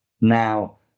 Now